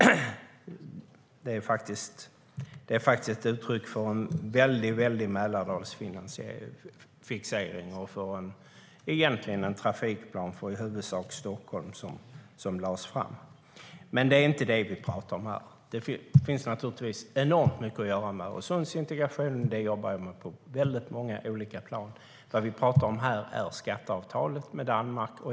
Det är ett uttryck för en väldig Mälardalsfixering, och det är egentligen en trafikplan för i huvudsak Stockholm som lades fram. Men det är inte vad vi talar om här. Det finns enormt mycket att göra med Öresundsintegrationen. Det jobbar jag med på väldigt många olika plan. Det vi talar om här är skatteavtalet med Danmark.